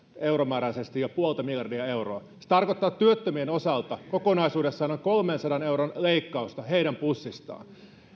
euromääräisesti jo puolta miljardia euroa se tarkoittaa työttömien osalta kokonaisuudessaan noin kolmensadan euron leikkausta heidän pussistaan